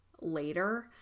later